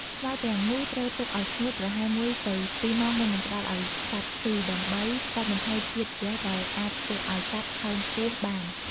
ស្មៅទាំងនោះត្រូវទុកឲ្យស្ងួតប្រហែលមួយទៅពីរម៉ោងមុននឹងផ្តល់ឲ្យសត្វស៊ីដើម្បីកាត់បន្ថយជាតិហ្គាសដែលអាចធ្វើឲ្យសត្វហើមពោះបាន។